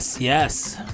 Yes